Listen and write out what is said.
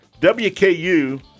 WKU